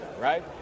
right